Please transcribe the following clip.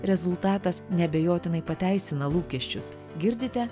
rezultatas neabejotinai pateisina lūkesčius girdite